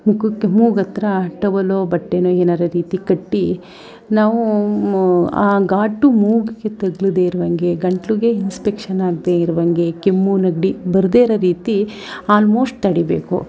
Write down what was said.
ಮುಖಕ್ಕೆ ಮೂಗ್ಹತ್ರ ಟವಲ್ಲೋ ಬಟ್ಟೆನೋ ಏನಾದ್ರು ರೀತಿ ಕಟ್ಟಿ ನಾವು ಆ ಘಾಟು ಮೂಗಿಗೆ ತಗುಲ್ದೇ ಇರುವಂಗೆ ಗಂಟ್ಲಿಗೆ ಇನ್ಸ್ಪೆಕ್ಷನ್ ಆಗದೇ ಇರುವಂಗೆ ಕೆಮ್ಮು ನೆಗಡಿ ಬರದೇ ಇರೋ ರೀತಿ ಆಲ್ಮೋಸ್ಟ್ ತಡೀಬೇಕು